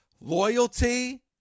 Loyalty